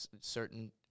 certain